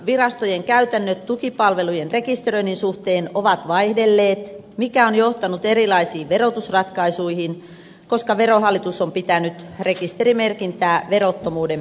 aluehallintovirastojen käytännöt tukipalvelujen rekisteröinnin suhteen ovat vaihdelleet mikä on johtanut erilaisiin verotusratkaisuihin koska verohallitus on pitänyt rekisterimerkintää verottomuuden perusteena